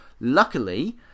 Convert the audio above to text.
Luckily